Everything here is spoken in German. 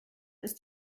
ist